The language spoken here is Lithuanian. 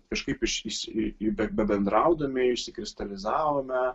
kažkaip iš iš bendraudami išsikristalizavome